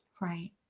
Right